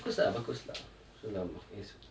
bagus lah bagus lah so ah it's